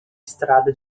estrada